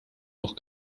noch